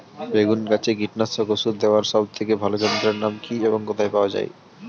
বেগুন গাছে কীটনাশক ওষুধ দেওয়ার সব থেকে ভালো যন্ত্রের নাম কি এবং কোথায় পাওয়া যায়?